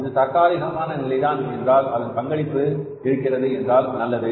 இது தற்காலிகமான நிலை தான் என்றால் அதில் பங்களிப்பு இருக்கிறது என்றால் நல்லது